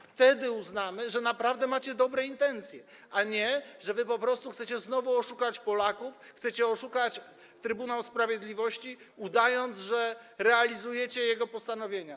Wtedy uznamy, że naprawdę macie dobre intencje, a nie że po prostu chcecie znowu oszukać Polaków, chcecie oszukać Trybunał Sprawiedliwości, udając, że realizujecie jego postanowienia.